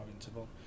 interval